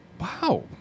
wow